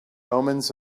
omens